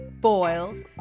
boils